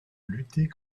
lutter